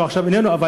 שאיננו עכשיו,